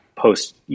post